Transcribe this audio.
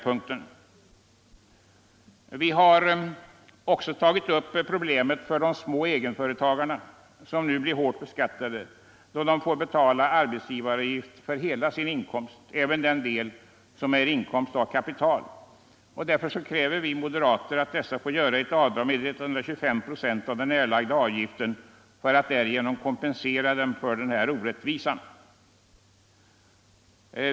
Likaså har vi tagit upp de små egenföretagarnas problem. De blir nu hårt beskattade, när de får betala arbetsgivaravgift för hela sin inkomst, alltså även för den del som är inkomst av kapital. Vi moderater kräver att sådana företagare skall få göra avdrag med 125 procent av den erlagda avgiften för att därigenom kompensera dem för denna orättvisa.